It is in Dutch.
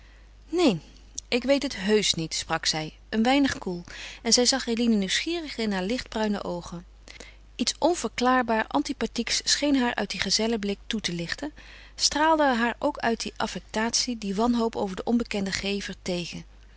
neen ik weet het heusch niet sprak zij een weinig koel en zij zag eline nieuwsgierig in haar lichtbruine oogen iets onverklaarbaar antipathieks scheen haar uit dien gazellenblik toe te lichten straalde haar ook uit die affectatie die wanhoop over den onbekenden gever tegen